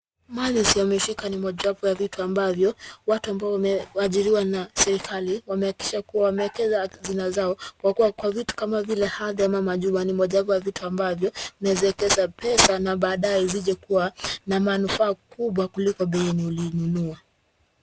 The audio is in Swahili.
Mali aliyoshika ni mojaweapo ya vitu ambavyo watu ambao wameajiriwa na serikali wamehakikisha kuwa wameekeza hazina zao kwa kuwa vitu kama vile hadhi ya majumba ni mojawapo ya vitu ambavyo unaweza wekeza pesa na baadaye zije kuwa na manufaa kubwa kuliko bei uliyonunua.